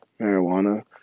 marijuana